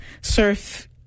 surf